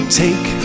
take